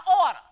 order